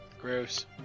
Gross